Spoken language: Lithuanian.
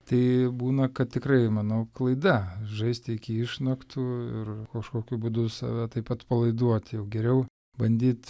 tai būna kad tikrai manau klaida žaisti iki išnaktų ir kažkokiu būdu save taip atpalaiduot jau geriau bandyt